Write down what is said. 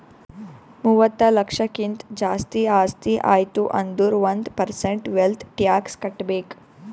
ಮೂವತ್ತ ಲಕ್ಷಕ್ಕಿಂತ್ ಜಾಸ್ತಿ ಆಸ್ತಿ ಆಯ್ತು ಅಂದುರ್ ಒಂದ್ ಪರ್ಸೆಂಟ್ ವೆಲ್ತ್ ಟ್ಯಾಕ್ಸ್ ಕಟ್ಬೇಕ್